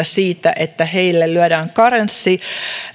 siitä että heille lyödään karenssi